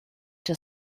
der